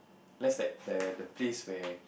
that's like the the place where